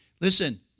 Listen